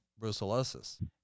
brucellosis